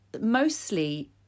mostly